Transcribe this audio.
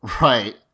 Right